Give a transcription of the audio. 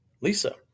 Lisa